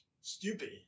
stupid